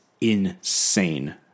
insane